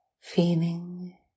feeling